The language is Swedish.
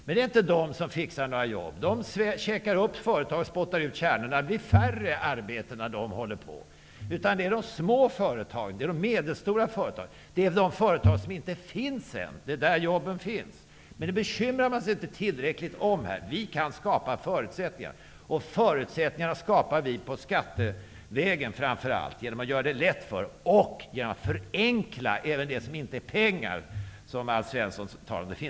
Men det är inte Volvo och Procordia som fixar några jobb. De käkar upp företag och spottar ut kärnorna. Det blir alltså färre arbeten, när de håller på. Det är i de små och medelstora företagen och i de företag som ännu inte existerar som jobben finns. Men det bekymrar man sig inte tillräckligt om. Vi här kan skapa förutsättningar, framför allt via skatterna och genom att förenkla även sådant som inte handlar om pengar, som Alf Svensson talade om.